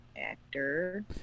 actor